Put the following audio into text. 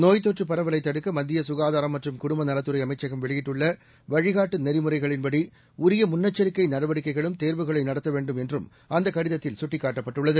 நோய்த் தொற்றுப் பரவலை தடுக்க மத்திய சுகாதாரம் மற்றும் குடும்ப நலத்துறை அமைச்சகம் வெளியிட்டுள்ள வழிகாட்டு நெறிமுறைகளின்படி உரிய முன்னெச்சரிக்கை நடவடிக்கைகளுடன் தேர்வுகளை நடத்த வேண்டும் என்றும் அந்தக் கடிதத்தில் சுட்டிக்காட்டப்பட்டுள்ளது